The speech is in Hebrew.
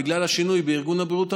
בגלל השינוי בארגון הבריאות העולמי,